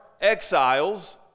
exiles